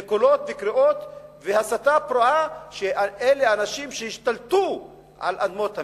קולות וקריאות והסתה פרועה שאלה אנשים שהשתלטו על אדמות המדינה.